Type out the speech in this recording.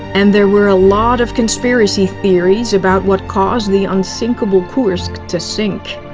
and there were a lot of conspiracy theories about what caused the unsinkable kursk to sink.